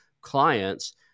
clients